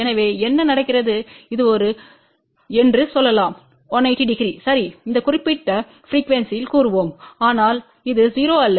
எனவே என்ன நடக்கிறது இது ஒரு என்று சொல்லலாம் 1800 சரி இந்த குறிப்பிட்ட ப்ரிக்யூவென்ஸிணைக் கூறுவோம் ஆனால் இது 0 அல்ல